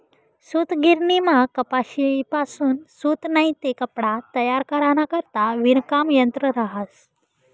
सूतगिरणीमा कपाशीपासून सूत नैते कपडा तयार कराना करता विणकाम यंत्र रहास